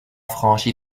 franchi